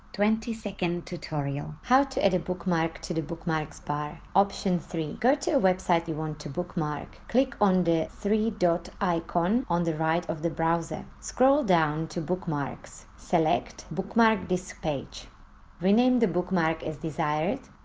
second tutorial how to add a bookmark to the bookmarks bar, option three go to a website you want to bookmark click on the three dot icon on the right of the browser scroll down to bookmarks, select bookmark this page rename the bookmark as desired